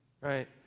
right